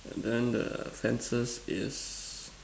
and then the fences is